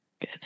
Good